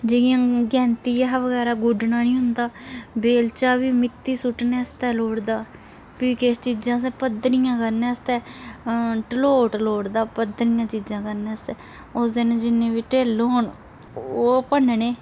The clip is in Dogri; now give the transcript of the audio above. जियां गैंती हे बगैरा गुड्डना हुंदा वेल्चा बी मिट्टी सुट्टने आस्तै लोड़दा फ्ही किश चीज़ां असें पद्धरियां करने आस्तै तलोट लोड़दा पद्धरियां चीज़ां करने आस्तै ओसदे जिन्ने बी ढिल्ल होने ओह् भन्नने